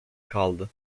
kaldı